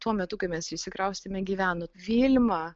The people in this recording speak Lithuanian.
tuo metu kai mes įsikraustėme gyveno vilma